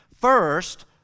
First